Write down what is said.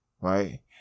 right